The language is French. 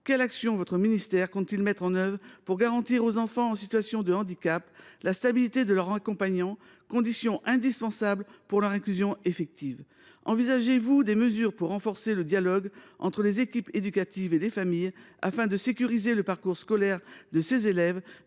de l’éducation nationale compte t il mettre en œuvre pour garantir aux enfants en situation de handicap la stabilité de leurs accompagnants, condition indispensable pour que leur inclusion soit effective ? Envisagez vous de prendre des mesures pour renforcer le dialogue entre les équipes éducatives et les familles, afin de sécuriser le parcours scolaire de ces élèves